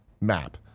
map